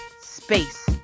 space